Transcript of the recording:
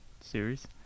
series